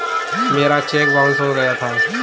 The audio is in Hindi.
मेरा चेक बाउन्स हो गया था